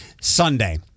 Sunday